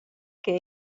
que